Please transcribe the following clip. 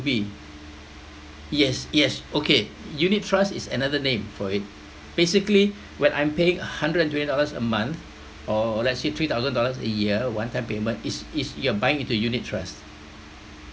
B yes yes okay unit trust is another name for it basically when I'm paying a hundred and twenty dollars a month or let's say three thousand dollars a year one time payment it's it's you are buying into unit trust